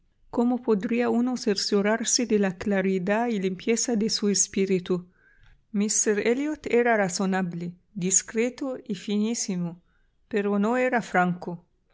cómo podría uno cerciorarse de la claridad y limpieza de su espíritu míster elliot era razonable discreto y finísimo pero no era franco